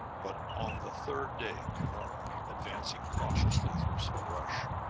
but on the third day cunora, advancing cautiously through some brush,